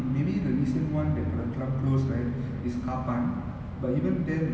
and like the only thing that came like close no not no I wouldn't say closest I think